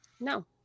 No